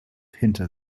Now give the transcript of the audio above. hinter